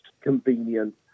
convenient